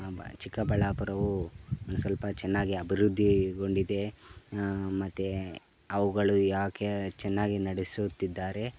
ಹಾಂ ಬ ಚಿಕ್ಕಬಳ್ಳಾಪುರವು ಸ್ವಲ್ಪ ಚೆನ್ನಾಗಿ ಅಭಿವೃದ್ಧಿಗೊಂಡಿದೆ ಮತ್ತು ಅವುಗಳು ಯಾಕೆ ಚೆನ್ನಾಗಿ ನಡೆಸುತ್ತಿದ್ದಾರೆ